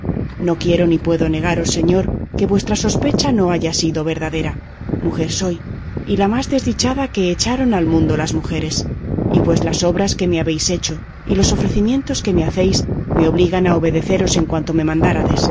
no quiero ni puedo negaros señor que vuestra sospecha no haya sido verdadera mujer soy y la más desdichada que echaron al mundo las mujeres y pues las obras que me habéis hecho y los ofrecimientos que me hacéis me obligan a obedeceros en cuanto me